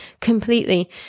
completely